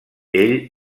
ell